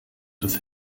des